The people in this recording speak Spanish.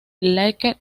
lake